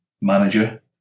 manager